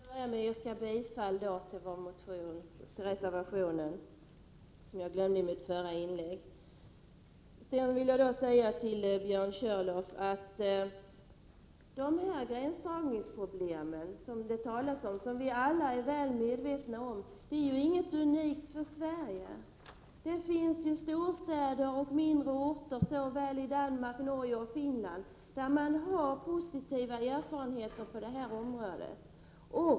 Herr talman! Jag skall börja med att yrka bifall till reservation 1, vilket jag glömde i mitt förra inlägg. Till Björn Körlof vill jag säga att de gränsdragningsproblem som det talas om och som vi alla är väl medvetna om inte är unika för Sverige — det finns storstäder och mindre orter också i Danmark, Norge och Finland, och där har man positiva erfarenheter på det här området.